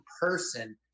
person